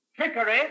trickery